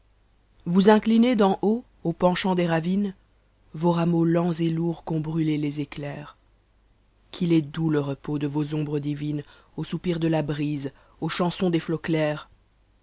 vous incïinex d'en haut m penchant des ravines vos rameaux lents et lourds qu'ontbrniés les éclairs qu'h est doux le repos de vos ombres divines aux soupirs de la brise aux chansons des nots